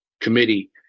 committee